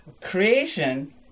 Creation